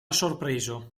sorpreso